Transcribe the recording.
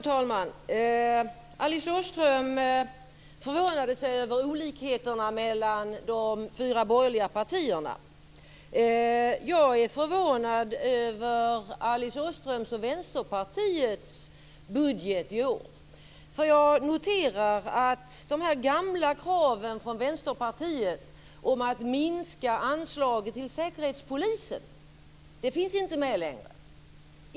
Fru talman! Alice Åström förvånade sig över olikheterna mellan de fyra borgerliga partierna. Jag är förvånad över Alice Åströms och Vänsterpartiets budget i år. Jag noterar att de gamla kraven från Vänsterpartiet om att minska anslaget till Säkerhetspolisen inte längre finns med.